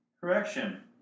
Correction